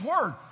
Word